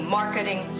marketing